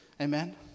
Amen